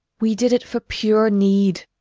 we did it for pure need